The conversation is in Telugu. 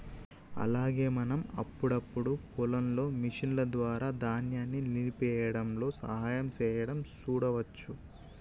అలాగే మనం అప్పుడప్పుడు పొలాల్లో మిషన్ల ద్వారా ధాన్యాన్ని నలిపేయ్యడంలో సహాయం సేయడం సూడవచ్చు